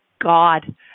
God